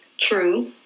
True